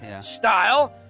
style